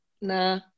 nah